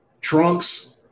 trunks